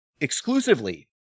exclusively